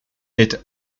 est